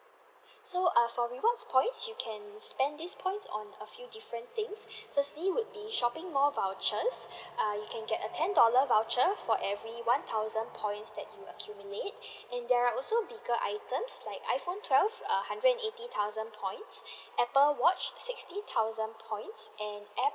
so uh for rewards points you can spend this points on a few different things firstly would be shopping mall vouchers uh you can get a ten dollar voucher for every one thousand points that you accumulate and there are also bigger items like iphone twelve uh hundred and eighty thousand points apple watch sixty thousand point and air~